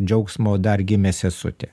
džiaugsmo dar gimė sesutė